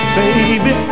baby